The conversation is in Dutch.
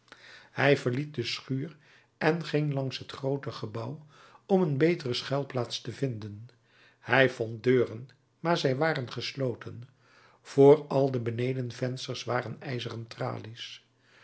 hij verliet de schuur en ging langs het groote gebouw om een betere schuilplaats te vinden hij vond deuren maar zij waren gesloten voor al de benedenvensters waren ijzeren tralies